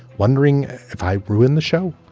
wondering if i ruin the show,